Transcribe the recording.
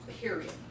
period